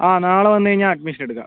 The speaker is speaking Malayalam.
ആ നാളെ വന്നുകഴിഞ്ഞാൽ അഡ്മിഷൻ എടുക്കാം